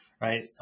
Right